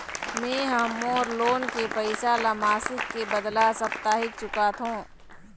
में ह मोर लोन के पैसा ला मासिक के बदला साप्ताहिक चुकाथों